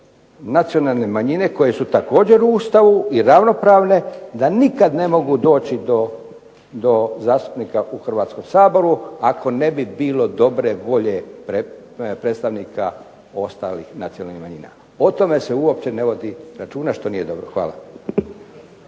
nacionalne manjine koje su također u Ustavu i ravnopravne, da nikada ne mogu doći do zastupnika u Hrvatskom saboru ako ne bi bilo dobre volje ostalih predstavnika nacionalnih manjina, o tome se uopće ne vodi računa što nije dobro. Hvala.